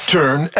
Turn